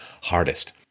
hardest